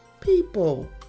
people